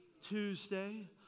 Tuesday